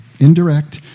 indirect